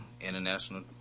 international